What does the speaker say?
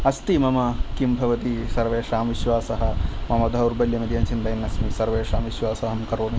अस्ति मम किं भवति सर्वेषां विश्वासः मम दौर्बल्यम् इति अहं चिन्तयन् अस्मि सर्वेषां विश्वासां करोमि